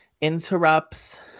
interrupts